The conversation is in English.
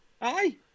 Aye